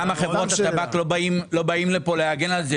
למה חברות הטבק לא באות לכאן להגן על זה?